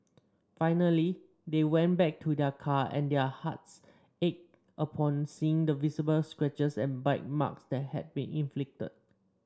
finally they went back to their car and their hearts ached upon seeing the visible scratches and bite marks that had been inflicted